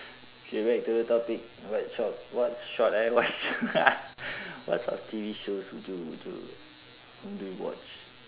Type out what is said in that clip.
K back to the topic what shot what shot eh what sho~ what sort of T_V shows would you would you do you watch